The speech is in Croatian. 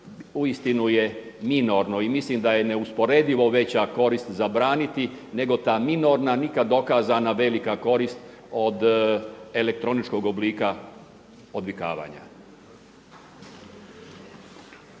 uistinu je minorno. I mislim da je neusporedivo veća koristi zabraniti nego ta minorna, nikad dokazana velika korist od elektroničkog oblika odvikavanja.